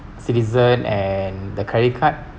citizen and the credit card